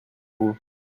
vous